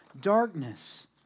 darkness